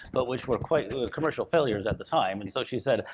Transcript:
but which were quite commercial failures at the time, and so she said,